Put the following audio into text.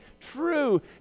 true